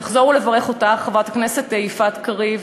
ולחזור ולברך אותך, חברת הכנסת יפעת קריב,